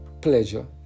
pleasure